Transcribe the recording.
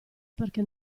perché